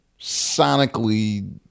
sonically